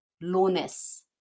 lowness